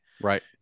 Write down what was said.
right